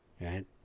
right